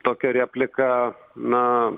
tokią repliką na